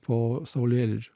po saulėlydžio